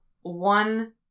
one